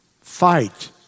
Fight